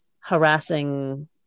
harassing